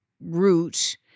root